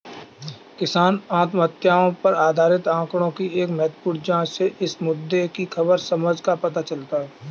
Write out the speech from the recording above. किसान आत्महत्याओं पर आधिकारिक आंकड़ों की एक महत्वपूर्ण जांच से इस मुद्दे की खराब समझ का पता चलता है